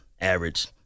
average